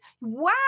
Wow